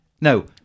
No